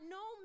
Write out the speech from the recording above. no